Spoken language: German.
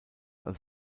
als